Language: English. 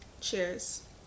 cheers